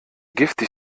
giftig